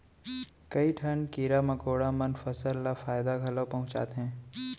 कई ठन कीरा मकोड़ा मन फसल ल फायदा घलौ पहुँचाथें